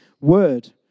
word